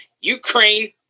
Ukraine